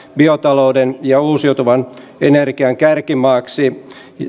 biotalouden ja uusiutuvan energian kärkimaaksi